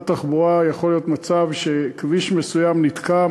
יכול להיות מצב שכביש מסוים נתקע,